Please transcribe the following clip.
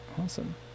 Awesome